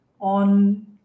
on